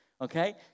Okay